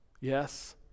Yes